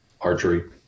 archery